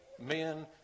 men